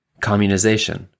Communization